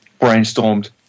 brainstormed